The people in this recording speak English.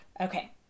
Okay